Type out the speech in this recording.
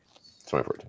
2014